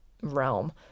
realm